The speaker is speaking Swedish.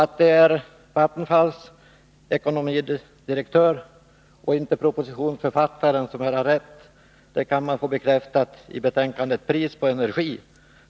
Att det är Vattenfalls ekonomidirektör och inte propositionsförfattaren som här har rätt kan man få bekräftat i betänkandet Pris på energi .